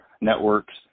networks